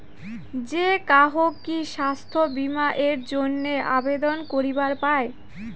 যে কাহো কি স্বাস্থ্য বীমা এর জইন্যে আবেদন করিবার পায়?